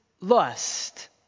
lust